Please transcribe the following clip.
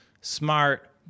Smart